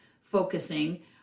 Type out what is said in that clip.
focusing